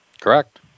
Correct